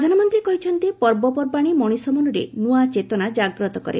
ପ୍ରଧାନମନ୍ତ୍ରୀ କହିଛନ୍ତି ପର୍ବପର୍ବାଣି ମଣିଷ ମନରେ ନୂଆ ଚେତନା ଜାଗ୍ରତ କରେ